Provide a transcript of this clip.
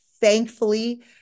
thankfully